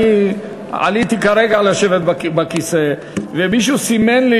אני עליתי כרגע לשבת בכיסא ומישהו סימן לי